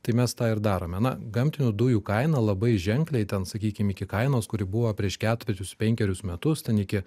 tai mes tą ir darome na gamtinių dujų kaina labai ženkliai ten sakykim iki kainos kuri buvo prieš ketverius penkerius metus ten iki